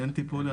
אין טיפול.